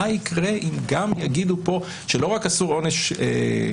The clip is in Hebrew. מה יקרה אם גם יגידו פה שלא רק אסור עונש אכזרי,